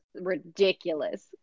ridiculous